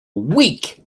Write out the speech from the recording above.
week